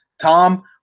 Tom